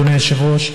אדוני היושב-ראש.